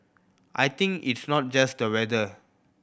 I think it's not just the weather